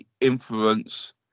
influence